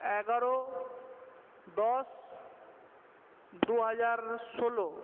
এগারো দশ দুহাজার ষোলো